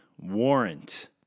Warrant